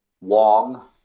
Wong